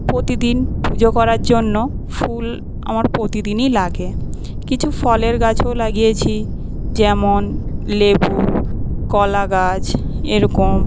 প্রতিদিন পুজো করার জন্য ফুল আমার প্রতিদিনই লাগে কিছু ফলের গাছও লাগিয়েছি যেমন লেবু কলা গাছ এরকম